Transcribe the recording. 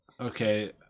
Okay